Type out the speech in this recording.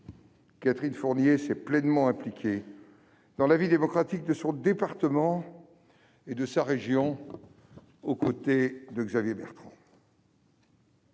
Catherine Fournier s'est pleinement impliquée dans la vie démocratique de son département et de sa région, aux côtés de Xavier Bertrand.